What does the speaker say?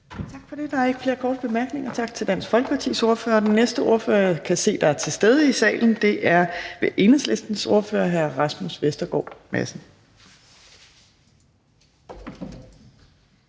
Tak for det. Der er ikke flere korte bemærkninger. Tak til Dansk Folkepartis ordfører. Og den næste ordfører, jeg kan se er til stede i salen, er Enhedslistens ordfører, hr. Rasmus Vestergaard Madsen.